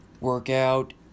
workout